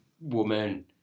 woman